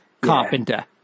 Carpenter